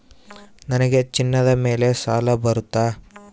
ನನಗೆ ಚಿನ್ನದ ಮೇಲೆ ಸಾಲ ಬರುತ್ತಾ?